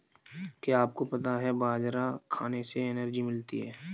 क्या आपको पता है बाजरा खाने से एनर्जी मिलती है?